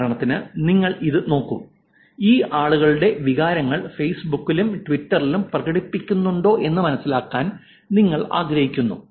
ഉദാഹരണത്തിന് നിങ്ങൾ ഇത് നോക്കൂ ഈ ആളുകളുടെ വികാരങ്ങൾ ഫേസ്ബുക്കിലും ട്വിറ്ററിലും പ്രകടിപ്പിക്കുന്നുണ്ടോ എന്ന് മനസ്സിലാക്കാൻ നിങ്ങൾ ആഗ്രഹിക്കുന്നു